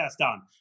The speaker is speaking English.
on